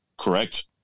Correct